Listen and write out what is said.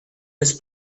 his